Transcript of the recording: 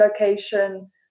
location